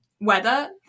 weather